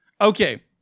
okay